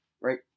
right